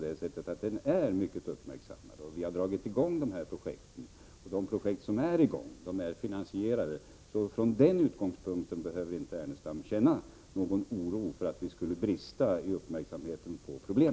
Denna fråga är mycket uppmärksammad, och vi har dragit i gång dessa projekt, som är finansierade. Från den utgångspunkten behöver Lars Ernestam inte känna någon oro för att vi skulle brista i uppmärksamhet när det gäller detta problem.